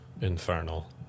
Infernal